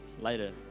later